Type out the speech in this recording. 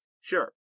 Sure